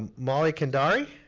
and molly cundari,